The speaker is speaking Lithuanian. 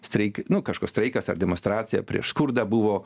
streik nu kažkoks streikas ar demonstracija prieš skurdą buvo